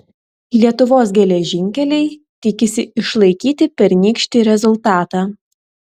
lietuvos geležinkeliai tikisi išlaikyti pernykštį rezultatą